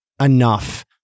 enough